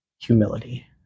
humility